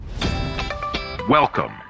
Welcome